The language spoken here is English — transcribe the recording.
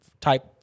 type